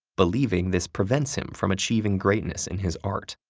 believing this prevents him from achieving greatness in his art.